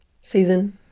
season